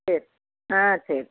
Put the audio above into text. சரி ஆ சரி